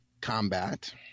combat